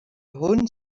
rhône